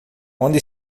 onde